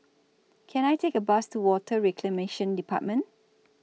Can I Take A Bus to Water Reclamation department